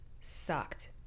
sucked